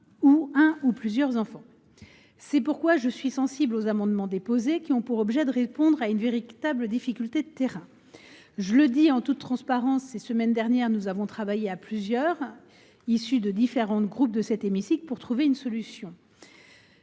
un ou plusieurs enfants ». C’est pourquoi je suis sensible aux amendements déposés, qui ont pour objet de répondre à une véritable difficulté de terrain. Je le dis en toute transparence : ces dernières semaines, nous avons travaillé à plusieurs, issues de divers groupes de cet hémicycle, pour trouver une solution.